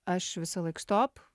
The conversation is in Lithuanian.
aš visąlaik stop